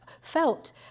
felt